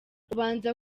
ubanza